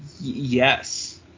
yes